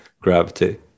gravity